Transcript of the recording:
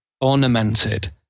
ornamented